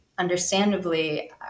understandably